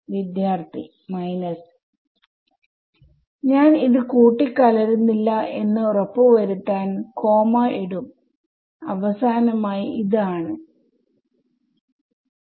വിദ്യാർത്ഥി മൈനസ് ഞാൻ ഇത് കൂടിക്കലരുന്നില്ല എന്ന് ഉറപ്പ് വരുത്താൻ കോമ്മ ഇടും അവസാനമായി ആണ്